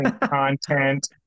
content